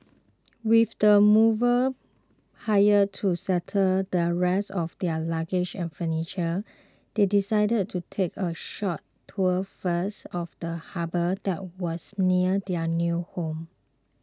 with the movers hired to settle the rest of their luggage and furniture they decided to take a short tour first of the harbour that was near their new home